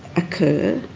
occur.